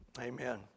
amen